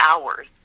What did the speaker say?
hours